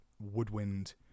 woodwind